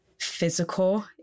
physical